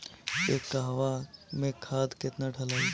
एक कहवा मे खाद केतना ढालाई?